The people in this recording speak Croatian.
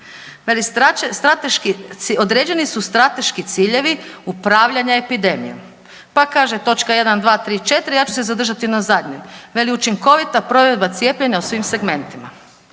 određeni su strateški ciljevi upravljanja epidemijom. Pa kaže točka jedan, dva, tri, četiri. Ja ću se zadržati na zadnjoj. Veliki učinkovita provedba cijepljenja u svim segmentima.